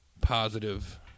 positive